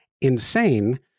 insane